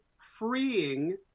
freeing